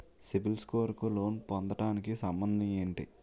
CIBIL score కు loan పొందటానికి సంబంధం ఏంటి?